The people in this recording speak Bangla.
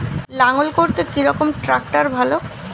লাঙ্গল করতে কি রকম ট্রাকটার ভালো?